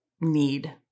need